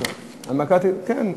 אנחנו